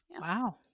Wow